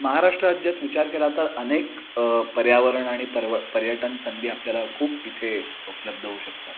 महाराष्ट्र राज्यात विचार केला तर अनेक पर्यावरण आणि परव पर्यटन संधी आपल्याला खूप इथे उपलब्ध होऊ शकतात